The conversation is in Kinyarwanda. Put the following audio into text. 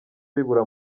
bibura